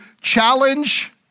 challenge